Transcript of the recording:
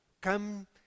come